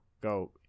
go